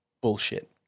bullshit